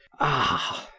ah!